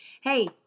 Hey